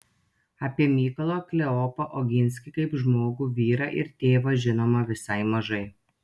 apie mykolą kleopą oginskį kaip žmogų vyrą ir tėvą žinoma visai mažai